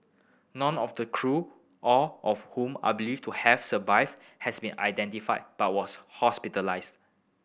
none of the crew all of whom are believed to have survived has been identified but was hospitalised